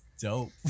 dope